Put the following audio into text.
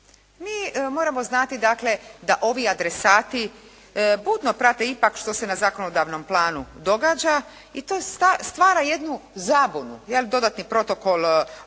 Mi moramo znati dakle, da ovi adresati budno prate ipak što se na zakonodavnom planu događa i to stara jednu zabunu, jel' dodatni protokol, odnosno